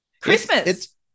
Christmas